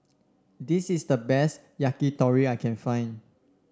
this is the best Yakitori I can find